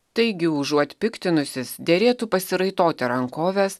taigi užuot piktinusis derėtų pasiraitoti rankoves